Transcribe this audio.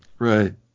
right